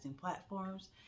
platforms